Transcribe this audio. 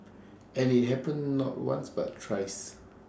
and IT happened not once but thrice